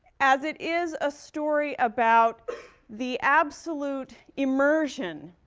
as it is a story about the absolute immersion